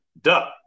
duh